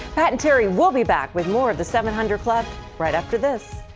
pat and terry will be back with more of the seven hundred club right after this.